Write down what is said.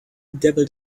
dabbled